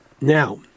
now